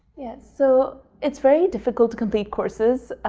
yes, so it's very difficult to complete courses.